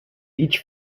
each